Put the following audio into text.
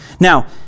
Now